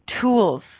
tools